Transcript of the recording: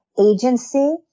agency